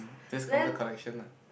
this counter collection ah